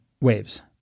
waves